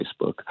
Facebook